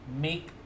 Make